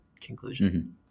conclusion